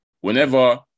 whenever